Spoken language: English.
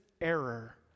error